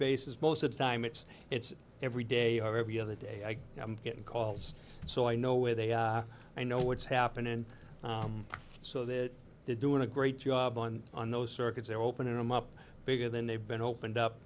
basis most of the time it's it's every day or every other day i get calls so i know where they are i know what's happening so that they're doing a great job on on those circuits they're open him up bigger than they've been opened up